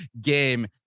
game